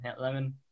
Lemon